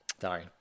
Sorry